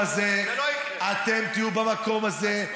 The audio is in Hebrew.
אתם תשבו במקום הזה.